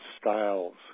styles